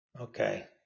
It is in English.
Okay